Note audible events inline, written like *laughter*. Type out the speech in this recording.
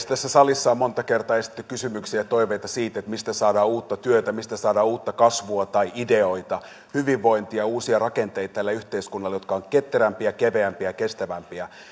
*unintelligible* tässä salissa on monta kertaa esitetty kysymyksiä ja toiveita siitä mistä saadaan uutta työtä mistä saadaan tälle yhteiskunnalle uutta kasvua tai ideoita hyvinvointia ja uusia rakenteita jotka ovat ketterämpiä keveämpiä kestävämpiä